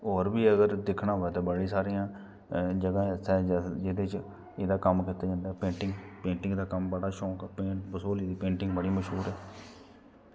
और बी अगर दिक्खना होऐ ते बड़ी सारियां जगह ना जेहदे च जेहड़ा कम इक दिन पेटिंग दा कम बड़ा शौंक ऐ बसोह्ली दी पेटिंग बड़ी मश्हूर ऐ